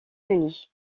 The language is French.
unis